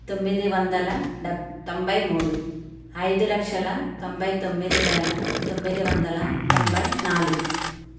తొమ్మిది వందల డె తొంభై మూడు ఐదు లక్షల తొంభై తొమ్మిది వేల తొమ్మిది వందల తొంభై నాలుగు